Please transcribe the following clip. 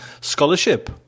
scholarship